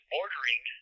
ordering